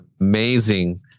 amazing